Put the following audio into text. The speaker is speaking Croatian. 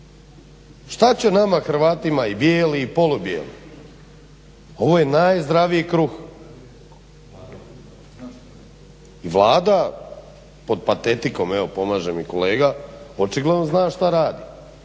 Šta će nama Hrvatima i bijeli i polubijeli, ovo je najzdraviji kruh. Vlada pod patetikom, evo pomaže mi kolega, očigledno zna šta radi.